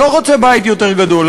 לא רוצה בית יותר גדול,